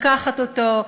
לקחת אותו,